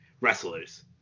wrestlers